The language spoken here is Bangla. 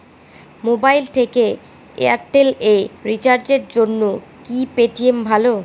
মোবাইল থেকে এয়ারটেল এ রিচার্জের জন্য কি পেটিএম ভালো?